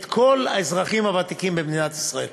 את כל האזרחים הוותיקים במדינת ישראל.